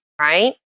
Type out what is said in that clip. right